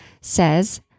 says